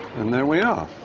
and there we are.